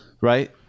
right